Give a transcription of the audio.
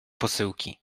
posyłki